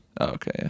okay